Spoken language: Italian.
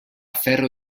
ferro